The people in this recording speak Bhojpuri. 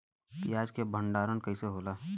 प्याज के भंडारन कइसे होला?